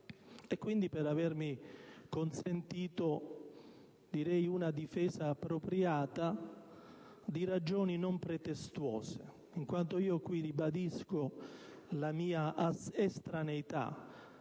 e quindi per avermi consentito direi una difesa appropriata di ragioni non pretestuose. In questa sede ribadisco la mia estraneità